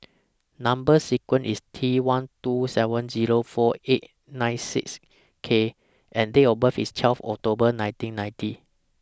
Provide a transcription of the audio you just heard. Number sequence IS T one two seven Zero four eight six K and Date of birth IS twelve October nineteen ninety